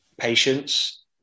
patience